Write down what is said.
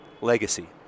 Legacy